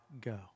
go